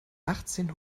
achtzehn